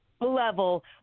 level